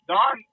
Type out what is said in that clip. Don